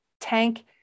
tank